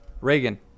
Reagan